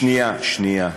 שנייה,